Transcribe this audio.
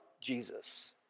Jesus